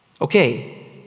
Okay